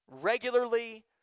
Regularly